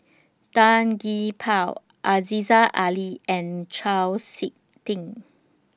Tan Gee Paw Aziza Ali and Chau Sik Ting